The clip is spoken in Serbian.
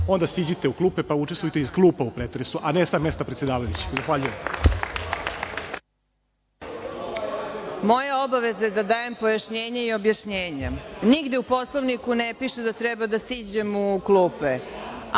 onda siđite u klupe, pa učestvujte iz klupa u pretresu, a ne sa mesta predsedavajućeg. Zahvaljujem. **Marina Raguš** Moja obaveza je da dajem pojašnjenje i objašnjenje. Nigde u Poslovniku ne piše da treba da siđem u klupe,